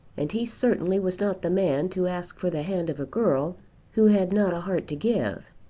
and he certainly was not the man to ask for the hand of a girl who had not a heart to give.